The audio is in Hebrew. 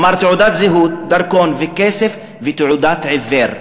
אמר: תעודת זהות, דרכון וכסף ותעודת עיוור.